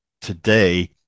today